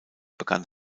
begann